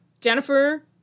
Jennifer